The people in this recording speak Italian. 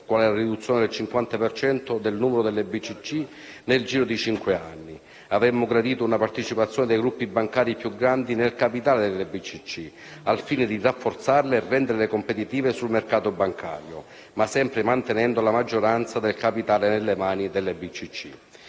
quale la riduzione del 50 per cento del numero delle BCC nel giro di cinque anni (da 400 a 200). Avremmo gradito una partecipazione dei gruppi bancari più grandi nel capitale delle BCC, al fine di rafforzarle e renderle competitive sul mercato bancario, ma sempre mantenendo la maggioranza del capitale nelle mani delle